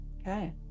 Okay